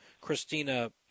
Christina